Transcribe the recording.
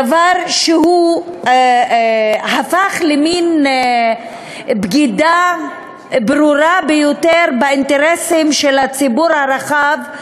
דבר שהפך למין בגידה ברורה ביותר באינטרסים של הציבור הרחב,